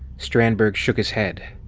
strandberg shook his head.